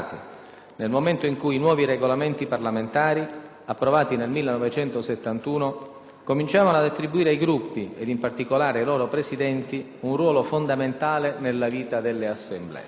nel momento in cui i nuovi Regolamenti parlamentari, approvati nel 1971, cominciavano ad attribuire ai Gruppi, ed in particolare ai loro Presidenti, un ruolo fondamentale nella vita delle Assemblee.